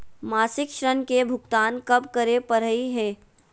मासिक ऋण के भुगतान कब करै परही हे?